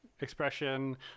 expression